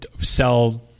sell